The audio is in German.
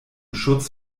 schutz